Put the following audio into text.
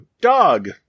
dog